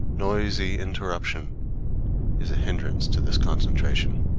noisy interruption is a hindrance to this concentration.